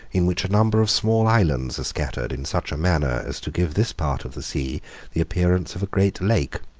in which a number of small islands are scattered in such a manner, as to give this part of the sea the appearance of a great lake.